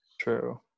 True